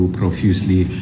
profusely